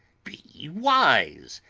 be wise,